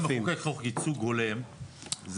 חוק ייצוג הולם,